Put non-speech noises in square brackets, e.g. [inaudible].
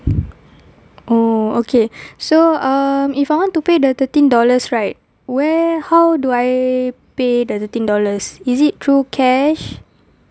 oh okay [breath] so um if I want to pay the thirteen dollars right where how do I pay pay the thirteen dollars is it through cash